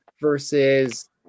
versus